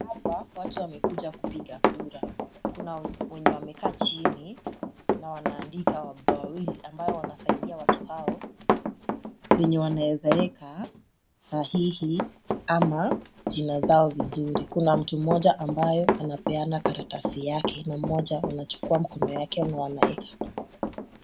Hapa watu wamekuja kupiga kura, kuna wenye wamekaa chini na wanaandika wababa wawili ambao wanasaidia watu hao venye wanaezaweka sahihi ama jina zao vizuri. Kuna mtu mmoja ambaye anapeana karatasi yake na mmoja anachukua mkono yake na anaweka.